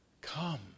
come